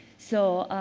so,